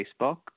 Facebook